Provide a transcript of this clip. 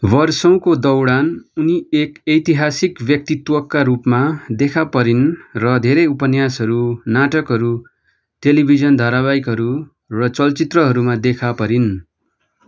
वर्षौँको दौडान उनी एक ऐतिहासिक व्यक्तित्वका रूपमा देखा परिन् र धेरै उपन्यासहरू नाटकहरू टेलिभिजन धारावाहिकहरू र चलचित्रहरूमा देखा परिन्